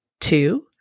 two